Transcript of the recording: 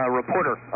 reporter